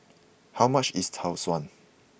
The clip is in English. how much is Tau Suan